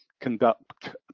conduct